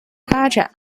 发展